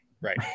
right